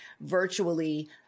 virtually